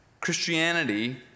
Christianity